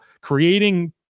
creating